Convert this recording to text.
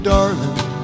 Darling